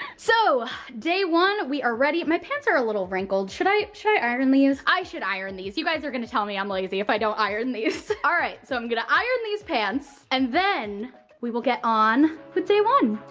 so, day one, we are ready. my pants are a little wrinkled. should i should i iron these? i should iron these. you guys are gonna tell me i'm lazy if i don't iron these. alright, so i'm gonna iron these pants and then we will get on with day one.